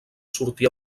sortir